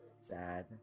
sad